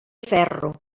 ferro